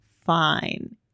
fine